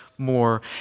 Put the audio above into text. More